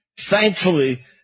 Thankfully